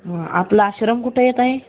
हं आपलं आश्रम कुठं येत आहे